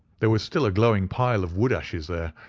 there was still a glowing pile of wood ashes there,